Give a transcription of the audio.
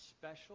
special